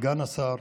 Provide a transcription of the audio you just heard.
וסגן השר,